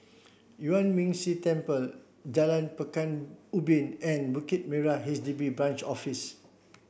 Yuan Ming Si Temple Jalan Pekan Ubin and Bukit Merah H D B Branch Office